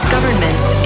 Governments